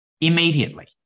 immediately